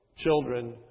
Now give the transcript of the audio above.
children